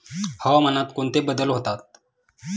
हवामानात कोणते बदल होतात?